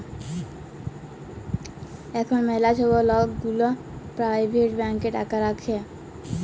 এখল ম্যালা ছব লক গুলা পারাইভেট ব্যাংকে টাকা রাখে